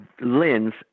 lens